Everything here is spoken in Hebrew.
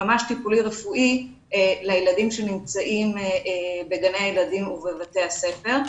ממש טיפולי רפואי לילדים שנמצאים בגני הילדים ובבתי הספר,